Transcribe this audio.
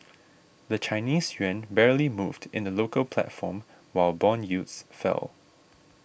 the Chinese yuan barely moved in the local platform while bond yields fell